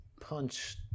Punch